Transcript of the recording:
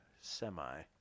Semi